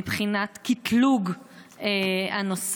מבחינת קטלוג הנושא,